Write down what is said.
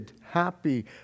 happy